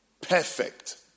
perfect